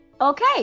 okay